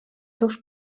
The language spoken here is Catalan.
seus